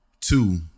Two